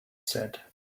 said